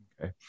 Okay